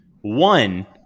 One